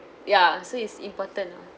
ya so it's important lah